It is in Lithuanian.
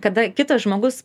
kada kitas žmogus